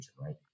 right